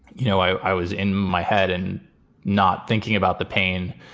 you know, i was in my head and not thinking about the pain.